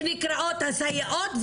שנקראות הסייעות,